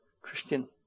Christian